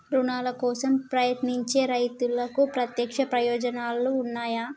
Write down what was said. రుణాల కోసం ప్రయత్నించే రైతులకు ప్రత్యేక ప్రయోజనాలు ఉన్నయా?